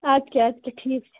اَدٕ کیٛاہ اَدٕ کیٛاہ ٹھیٖک چھُ